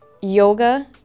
Yoga